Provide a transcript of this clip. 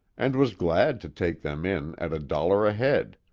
and was glad to take them in at a dollar a head.